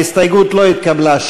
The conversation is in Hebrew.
ההסתייגות לא התקבלה.